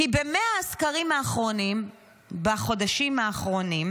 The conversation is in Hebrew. ב-100 הסקרים האחרונים בחודשים האחרונים